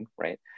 right